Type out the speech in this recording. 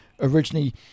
originally